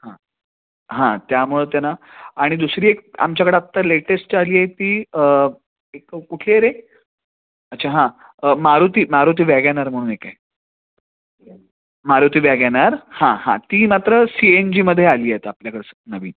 हां हां त्यामुळं त्यांना आणि दुसरी एक आमच्याकडे आत्ता लेटेस्ट आली आहे ती एक कुठली आहे रे अच्छा हां मारुती मारुती वॅगॅनार म्हणून एक आहे मारुती वॅगॅनार हां हां ती मात्र सी एन जीमध्ये आली आहेत आपल्याकडं नवीन